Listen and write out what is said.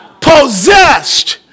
possessed